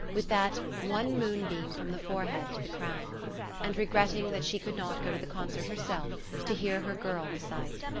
with that one moonbeam from the forehead to the crown and regretting that she could not go to the concert herself to hear her girl recite.